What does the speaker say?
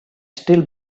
still